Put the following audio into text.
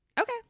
okay